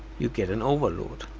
you get an overload.